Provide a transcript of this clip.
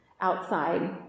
outside